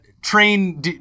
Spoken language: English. train